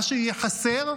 מה שיהיה חסר,